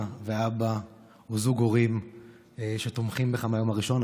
ואבא או זוג הורים שתומכים בך מהיום הראשון.